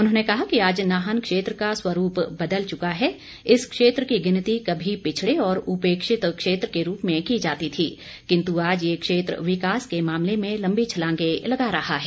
उन्होंने कहा कि आज नाहन क्षेत्र का स्वरूप बदल चुका है इस क्षेत्र की गिनती कभी पिछड़े और उपेक्षित क्षेत्र के रूप में कि जाती थी किन्तु आज ये क्षेत्र विकास के मामले में लम्बी छलांगें लगा रहा है